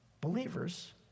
believers